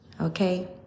okay